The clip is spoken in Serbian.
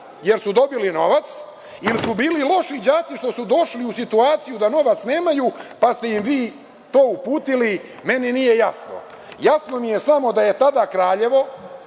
jer su dobili novac ili su bili loši đaci što su došli u situaciju da novac nemaju pa ste im vi to uputili – meni nije jasno. Jasno mi je samo da je tada Kraljevo,